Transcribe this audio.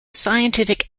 scientific